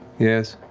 yes?